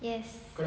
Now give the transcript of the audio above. yes